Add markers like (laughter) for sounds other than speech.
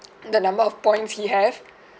(noise) the number of points he have (breath)